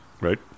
right